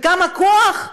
וכמה כוח,